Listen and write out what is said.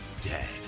dead